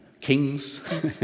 kings